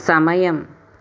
సమయం